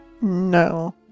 No